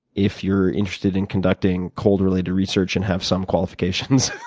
if you're interested in conducted cold related research and have some qualifications.